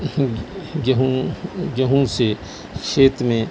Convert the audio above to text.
گیہوں گیہوں سے کھیت میں